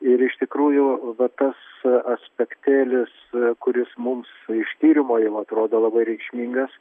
ir iš tikrųjų va tas aspektėlis kuris mums iš tyrimo jau atrodo labai reikšmingas